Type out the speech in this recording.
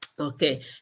Okay